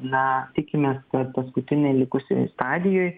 na tikimės kad paskutinėj likusioj stadijoj